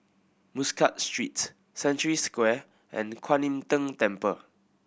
Muscat Street Century Square and Kuan Im Tng Temple